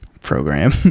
program